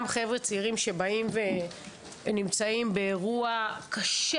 חבר'ה צעירים שבאים ונמצאים באירוע קשה